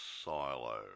silo